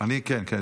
אני כן, כן.